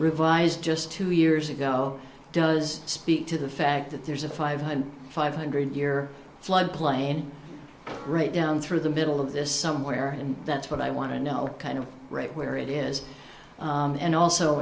revised just two years ago does speak to the fact that there's a five hundred five hundred year flood plain rate down through the middle of this somewhere and that's what i want to know kind of right where it is and also